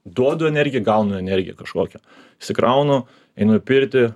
duodu energiją gaunu energiją kažkokią išsikraunu einu į pirtį